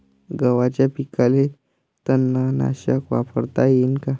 गव्हाच्या पिकाले तननाशक वापरता येईन का?